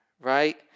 right